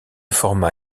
forma